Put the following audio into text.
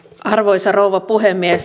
arvoisa rouva puhemies